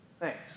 Thanks